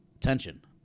tension